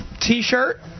T-shirt